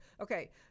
Okay